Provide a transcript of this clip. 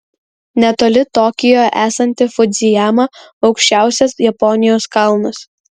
netoli tokijo esanti fudzijama aukščiausias japonijos kalnas